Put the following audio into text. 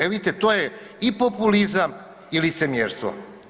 Evo vidite to je i populizam i licemjerstvo.